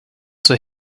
zur